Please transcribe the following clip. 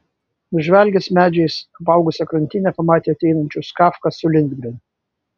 nužvelgęs medžiais apaugusią krantinę pamatė ateinančius kafką su lindgren